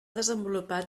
desenvolupar